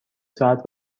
ساعت